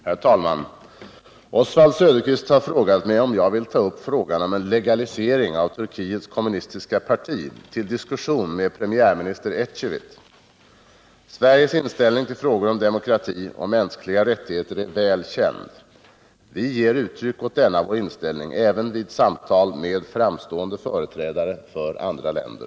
Herr talman! Oswald Söderqvist har frågat mig om jag vill ta upp frågan om en legalisering av TKP till diskussion med premiärminister Ecevit. Sveriges inställning till frågor om demokrati och mänskliga rättigheter är väl känd. Vi ger uttryck åt denna vår inställning även vid samtal med framstående företrädare för andra länder.